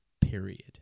Period